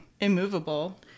immovable